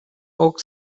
oak